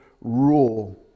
rule